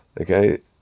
okay